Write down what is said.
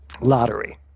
Lottery